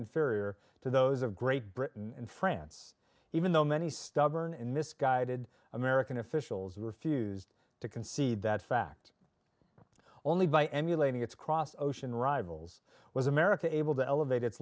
inferior to those of great britain and france even though many stubborn and misguided american officials refused to concede that fact only by emulating its cross ocean rivals was america able to elevate